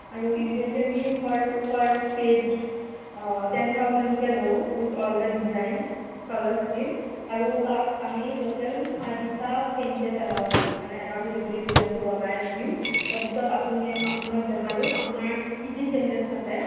আৰু ইভেনলি আমি per per page ten থাউজেনকে লওঁ with all the design colour skin আৰু তাত আমি টুটেল চাৰিটা চেইনজেছ এলাও কৰোঁ মানে এবাৰ যদি গোটেই ডিজাইনটো বনাই দিওঁ তাৰপিছত আপুনি আপোনাক দেখালোঁ আপোনাৰ কি কি চেইনজেছ থাকে